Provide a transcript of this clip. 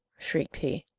shrieked he.